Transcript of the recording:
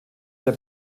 der